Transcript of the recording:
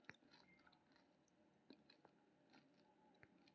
मूंगफलीक स्वाद जतेक बढ़िया होइ छै, ओतबे अय मे गुणो होइ छै